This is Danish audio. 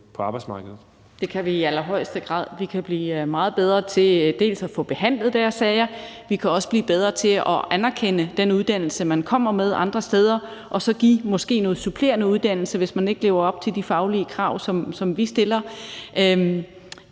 Kjer Hansen (V): Det kan vi i allerhøjeste grad. Vi kan blive meget bedre til at få behandlet deres sager. Vi kan også blive bedre til at anerkende den uddannelse, man kommer med, andre steder og så måske give noget supplerende uddannelse, hvis man ikke lever op til de faglige krav, som vi stiller. Jeg